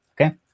okay